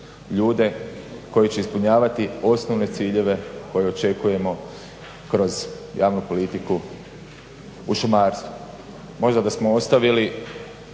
ljude koji će ispunjavati osnovne ciljeve koje očekujemo kroz javnu politiku u šumarstvu. Možda da smo ostavili